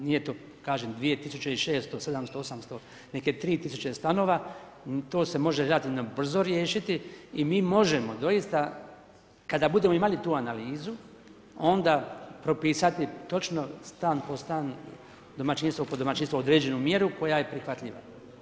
Nije to kažem 2600, 700, 800 nek je 3000 stanova to se može relativno brzo riješiti i mi možemo doista kad budemo imali tu analizu onda propisati točno stan po stan domaćinstvo po domaćinstvo određenu mjeru koja je prihvatljiva.